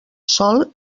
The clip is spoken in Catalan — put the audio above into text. sol